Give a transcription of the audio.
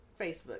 Facebook